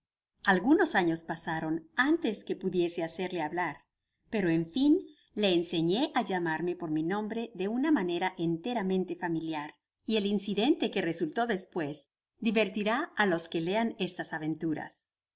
algunos años pasaron antes que pudiese hacerle hablar pero en fin le enseñé á llamarme por mi nombre de una manera enteramente familiar y el incidente que resultó despues divertirá á los que lean estas aventuras